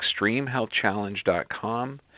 ExtremeHealthChallenge.com